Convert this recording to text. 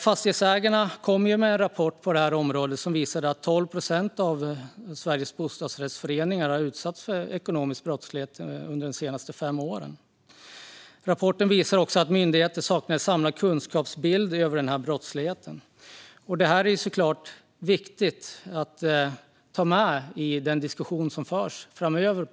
Fastighetsägarnas rapport om detta visar att 12 procent av Sveriges bostadsrättsföreningar har utsatts för ekonomisk brottslighet under de senaste fem åren. Rapporten visar också att myndigheterna saknar en samlad kunskapsbild över denna brottslighet. Detta är givetvis viktigt att ta med i den diskussion som förs framöver.